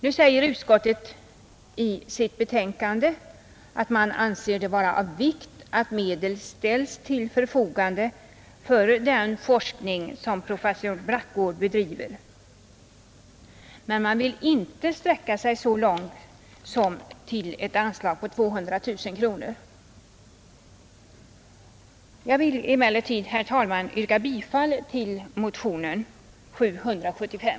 Nu anser utskottet det vara av vikt att medel ställs till förfogande för det forskningsarbete som professor Brattgård bedriver, men man vill inte sträcka sig så långt som till ett anslag på 200 000 kronor. Jag vill emellertid, herr talman, yrka bifall till motionen 775.